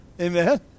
Amen